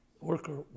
worker